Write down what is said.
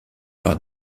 par